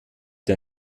der